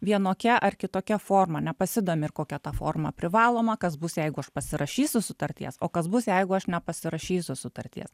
vienokia ar kitokia forma nepasidomi ir kokia ta forma privaloma kas bus jeigu aš pasirašysiu sutarties o kas bus jeigu aš nepasirašysiu sutarties